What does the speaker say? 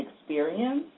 experience